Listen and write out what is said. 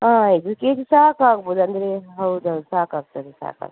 ಹಾಂ ಐದು ಕೆಜಿ ಸಾಕಾಗ್ಬೋದು ಅಂದರೆ ಹೌದೌದು ಸಾಕಾಗ್ತದೆ ಸಾಕಾಗ್